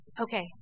okay